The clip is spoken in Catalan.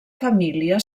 família